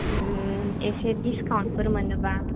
एसे दिसकाउन्टफोर मोनोबा